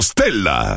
Stella